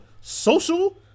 social